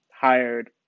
hired